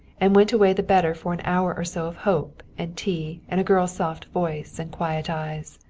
and went away the better for an hour or so of hope and tea and a girl's soft voice and quiet eyes.